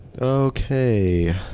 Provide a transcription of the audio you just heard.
Okay